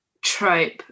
trope